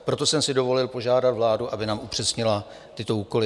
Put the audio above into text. Proto jsem si dovolil požádat vládu, aby nám upřesnila tyto úkoly.